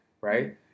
right